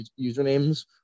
usernames